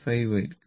5 ആയിരിക്കും